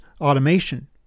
automation